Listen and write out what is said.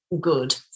good